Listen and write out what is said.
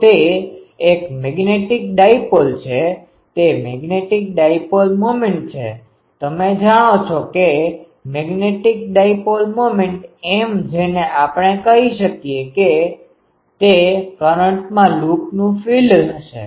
તો તે એક મેગ્નેટિક ડાઈપોલ છે તે મેગ્નેટિક ડાઈપોલ મોમેન્ટ છે તમે જાણો છો કે મેગ્નેટિક ડાઈપોલ મોમેન્ટ M જેને આપણે કહી શકીએ છીએ તે કરંટમાં લૂપનું ફિલ્ડ હશે